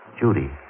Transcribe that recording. Judy